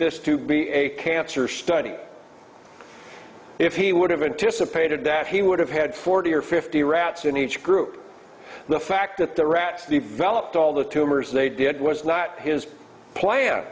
this to be a cancer study if he would have anticipated that he would have had forty or fifty rats in each group the fact that the rats the validate all the tumors they did was not his plan